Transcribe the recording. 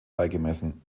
beigemessen